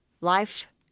life